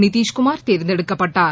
நிதிஷ்குமார் தேர்ந்தெடுக்கப்பட்டார்